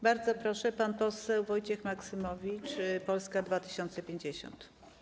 Bardzo proszę, pan poseł Wojciech Maksymowicz, Polska 2050.